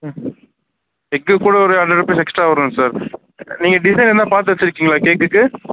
ம் எக்கு கூட ஒரு ஹண்ட்ரட் ருப்பீஸ் எக்ஸ்ட்ரா வரும் சார் நீங்கள் டிசைன் எதனா பார்த்து வச்சுருக்கீங்களா கேக்குக்கு